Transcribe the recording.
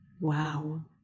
wow